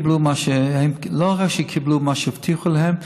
שלא רק שהם קיבלו את מה שהבטיחו להם,